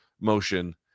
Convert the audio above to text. motion